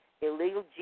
illegal